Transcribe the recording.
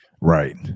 Right